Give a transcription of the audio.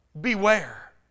Beware